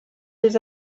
des